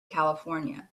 california